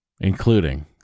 including